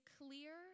clear